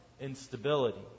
instability